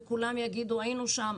וכולם יגידו: היינו שם,